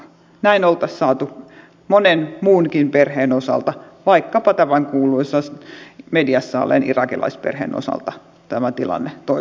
näin oltaisiin saatu monen muunkin perheen osalta vaikkapa tämän mediassa olleen irakilaisperheen osalta tilanne toisenlaiseksi